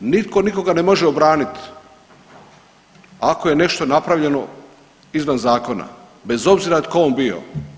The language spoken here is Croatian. Nitko nikoga ne može obraniti ako je nešto napravljeno izvan zakona, bez obzira tko on bio.